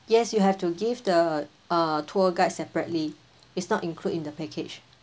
yes you have to give the uh tour guide separately it's not included in the package